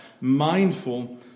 Mindful